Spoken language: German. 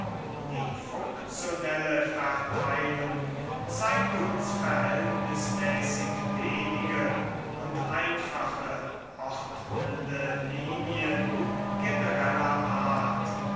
die funktionelle verteilung zeigt uns verhältnismäßig wenige und einfache ordnende linien genereller art